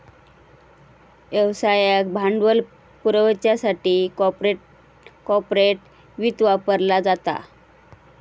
व्यवसायाक भांडवल पुरवच्यासाठी कॉर्पोरेट वित्त वापरला जाता